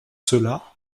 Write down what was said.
cela